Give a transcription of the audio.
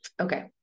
Okay